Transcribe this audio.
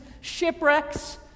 shipwrecks